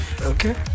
Okay